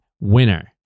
winner